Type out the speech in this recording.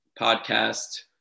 podcast